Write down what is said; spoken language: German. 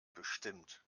bestimmt